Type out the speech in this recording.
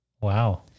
Wow